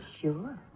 Sure